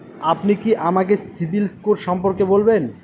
আপনি কি আমাকে সিবিল স্কোর সম্পর্কে বলবেন?